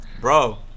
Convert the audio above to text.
Bro